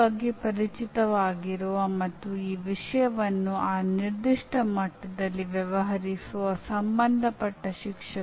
ಆದ್ದರಿಂದ ನಿಯಮಿತ ತರಗತಿಯಲ್ಲಿ ಚಿಂತನಶೀಲ ಅಭ್ಯಾಸವನ್ನು ಸಂಯೋಜಿಸುವುದು ಒಂದು ದೊಡ್ಡ ಸವಾಲಾಗಿದೆ